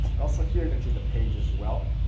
and also here you can choose the pages as well.